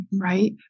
Right